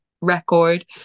record